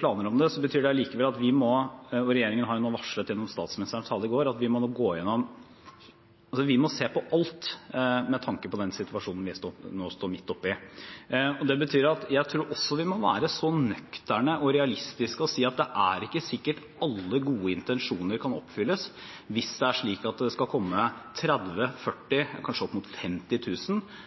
planer om det», betyr det allikevel at vi – og regjeringen har jo nå varslet det gjennom statsministerens tale i går – nå må gå gjennom og se på alt med tanke på den situasjonen vi står midt oppe i. Det betyr at jeg tror også vi må være så nøkterne og realistiske at vi sier at det er ikke sikkert alle gode intensjoner kan oppfylles hvis det er slik at det skal komme 30 000, 40 000 – kanskje opp mot